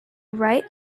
right